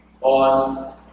on